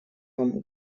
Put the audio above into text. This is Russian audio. вам